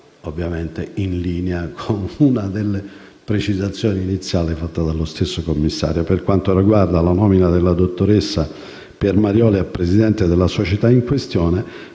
ovviamente in linea con una delle precisazioni iniziali fatta dallo stesso commissario. Per quanto riguarda la nomina della dottoressa Piermarioli a presidente della società in questione,